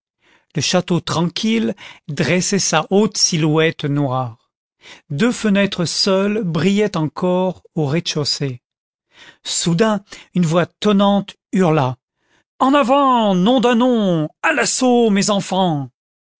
le château tranquille dressait sa grande silhouette noire deux fenêtres seules brillaient encore au rez-de-chaussée soudain une voix tonnante hurla en avant nom d'un nom à l'assaut mes enfants